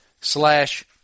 slash